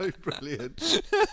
brilliant